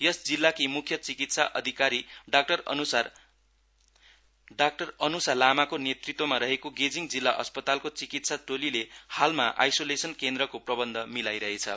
यस जिल्लाको म्ख्य चिकित्सा अधिकारी डाक्टर अन्सा लामाको नेतृत्त्वमा रहेको गेजिङ जिल्ला अस्पतालको चिकित्सा टोलीले हालमा आइसोलेसन केन्द्रको प्रबन्ध मिलाईरहेछ